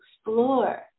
explore